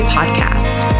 Podcast